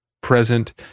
present